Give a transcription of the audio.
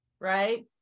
right